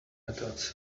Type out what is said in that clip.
methods